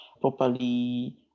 properly